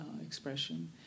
expression